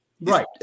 Right